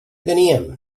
teníem